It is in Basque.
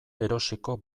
erosiko